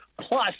plus